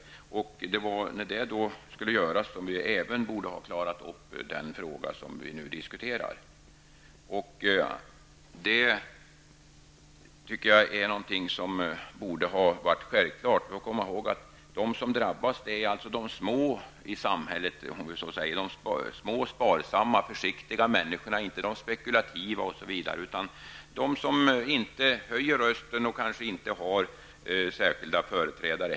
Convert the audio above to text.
Det är därför som även den fråga vi nu diskuterar borde ha klarats upp. Det är något som borde ha varit självklart. De som drabbas är de små i samhället, de små sparsamma och försiktiga, inte de spekulativa osv. Det är de som inte höjer rösten och som kanske inte heller har särskilda företrädare.